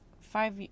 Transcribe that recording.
five